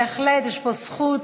בהחלט יש פה זכות,